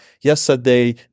Yesterday